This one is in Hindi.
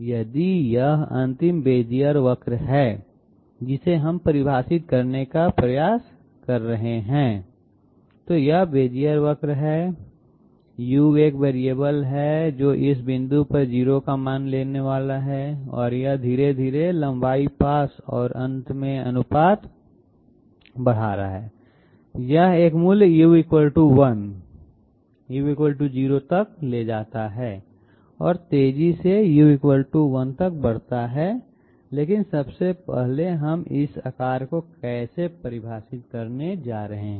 यदि यह अंतिम बेज़ियर वक्र है जिसे हम परिभाषित करने का प्रयास कर रहे हैं तो यह बेज़ियर वक्र है u एक वेरिएबल है जो इस बिंदु पर 0 का मान लेने वाला है और यह धीरे धीरे लंबाई पास और अंत में अनुपात बढ़ा रहा है यह एक मूल्य u 1 u 0 तक ले जाता है और तेजी से u 1तक बढ़ता है लेकिन सबसे पहले हम इस आकार को कैसे परिभाषित करने जा रहे हैं